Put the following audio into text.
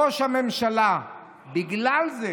בגלל זה